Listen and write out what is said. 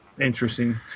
interesting